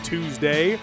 Tuesday